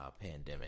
pandemic